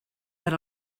per